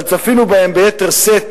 אבל צפינו בהם ביתר שאת